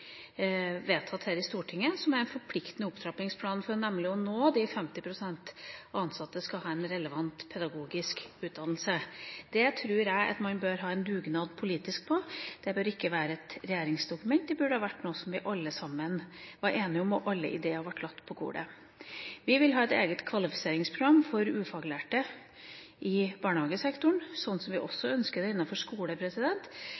vedtatt her i Stortinget, om en forpliktende opptrappingsplan for å nå målsettingen om at 50 pst. av de ansatte skal ha relevant pedagogisk utdannelse. Det tror jeg at man bør ha en politisk dugnad på. Det bør ikke være et regjeringsdokument, men det bør være noe som vi alle sammen er enige om, og at alle ideer blir lagt på bordet. Vi vil ha et eget kvalifiseringsprogram for ufaglærte i barnehagesektoren, sånn som vi